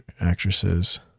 actresses